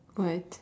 what